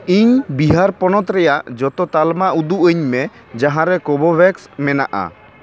ᱤᱧ ᱵᱤᱦᱟᱨ ᱯᱚᱱᱚᱛ ᱨᱮᱭᱟᱜ ᱡᱚᱛᱚ ᱛᱟᱞᱢᱟ ᱩᱫᱩᱜ ᱟᱹᱧ ᱢᱮ ᱡᱟᱦᱟᱸ ᱨᱮ ᱠᱳᱵᱷᱳᱵᱷᱮᱥ ᱢᱮᱱᱟᱜᱼᱟ